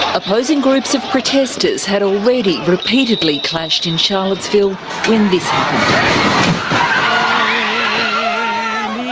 opposing groups of protesters had already repeatedly clashed in charlottesville when this ah um